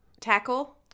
Tackle